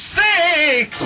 six